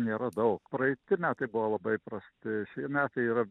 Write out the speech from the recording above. nėra daug praeiti metai buvo labai prasti šie metų yra